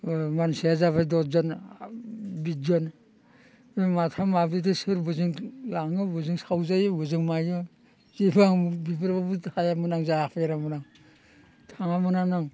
मानसिया जाबाय दसजन बिसजन माथाम माब्रैदो सोर बोजों लाङो बोजों सावजायो बोजों मायो जिहेतु आं बेफोरावबो थायामोन आं जाफेरामोन आं थाङामोनानो आं